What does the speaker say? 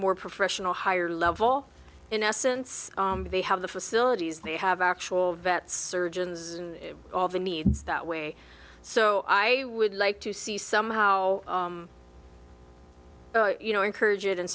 more professional higher level in essence they have the facilities they have actual vets surgeons and all the needs that way so i would like to see some how you know encourage it and